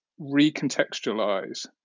recontextualize